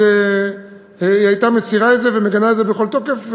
אז היא הייתה מסירה את זה ומגנה את זה בכל תוקף,